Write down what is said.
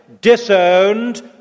disowned